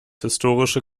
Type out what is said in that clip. historische